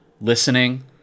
listening